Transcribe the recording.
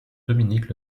dominique